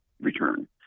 return